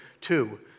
two